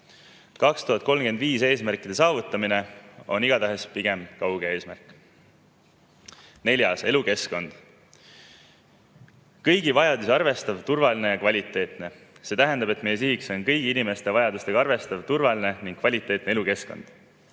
aasta eesmärkide saavutamine on kahjuks pigem kauge eesmärk. Neljas: elukeskkond – kõigi vajadusi arvestav, turvaline ja kvaliteetne. See tähendab, et meie sihiks on kõigi inimeste vajadusi arvestav, turvaline ning kvaliteetne elukeskkond.